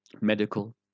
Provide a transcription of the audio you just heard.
medical